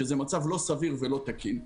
שזה מצב לא סביר ולא תקין.